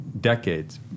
decades